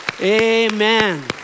Amen